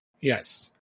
Yes